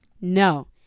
No